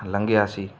ਲੰਘਿਆ ਸੀ